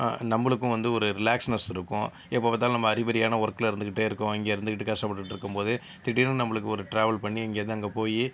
நம்மளுக்கும் வந்து ஒரு ரிலேக்ஸ்னஸ் இருக்கும் எப்போ பார்த்தாலும் நம்ம அரிபரியான ஒர்க்ல இருந்துகிட்டே இருக்கோம் இங்கே இருந்துட்டு கஷ்டப்பட்டுட்டு இருக்கும்போதே தீடீர்னு நம்மளுக்கு ஒரு ட்ராவல் பண்ணி இங்கேருந்து அங்கே போய்